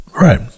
Right